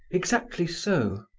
exactly so.